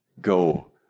go